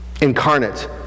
incarnate